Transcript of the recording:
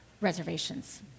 reservations